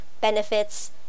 benefits